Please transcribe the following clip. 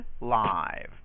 Live